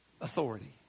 authority